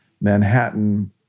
Manhattan